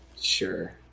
sure